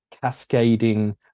cascading